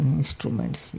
instruments